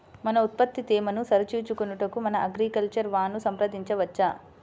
మన ఉత్పత్తి తేమను సరిచూచుకొనుటకు మన అగ్రికల్చర్ వా ను సంప్రదించవచ్చా?